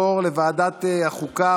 לוועדת החוקה,